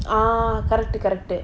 orh correct டு:tu correct டு:tu